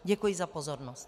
Děkuji za pozornost.